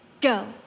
Go